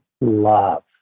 love